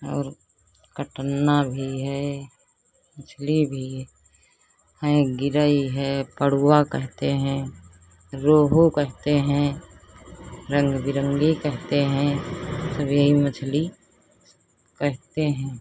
और कट्टन्ना भी है मछली भी हैं गिरई है पडुआ कहते हैं रोहू कहते हैं रंग बिरंगी कहते हैं सब यही मछली कहते हैं